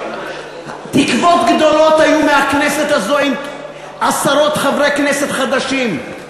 תקוות גדולות היו מהכנסת הזו עם עשרות חברי הכנסת החדשים,